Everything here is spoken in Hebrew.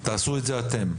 תעשו את זה אתם,